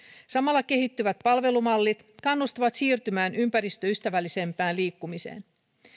samalla kehittyvät palvelumallit kannustavat siirtymään ympäristöystävällisempään liikkumiseen